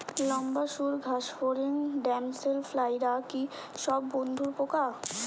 লম্বা সুড় ঘাসফড়িং ড্যামসেল ফ্লাইরা কি সব বন্ধুর পোকা?